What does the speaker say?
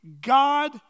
God